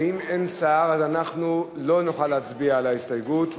אז אנחנו לא נוכל להצביע על ההסתייגות,